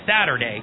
Saturday